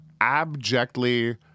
abjectly